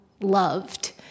loved